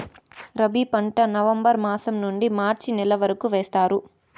రబీ పంట నవంబర్ మాసం నుండీ మార్చి నెల వరకు వేస్తారు